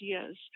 ideas